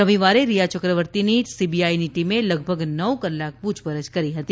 રવિવારે રિયા ચક્રવર્તીની સીબીઆઈની ટીમે લગભગ નવ કલાક પૂછપરછ કરી હતી